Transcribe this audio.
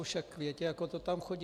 Však viete, ako to tam chodí.